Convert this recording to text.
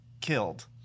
killed